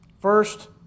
First